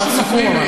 פשוט מפריעים לי.